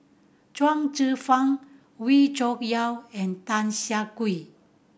Chuang Zhi Fang Wee Cho Yaw and Tan Siah Kwee